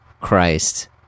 Christ